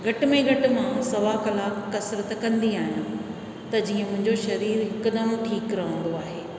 घटि में घटि मां सवा कलाकु कसरत कंदी आहियां त जीअं मुंहिंजो शरीर हिकदमु ठीकु रहंदो आहे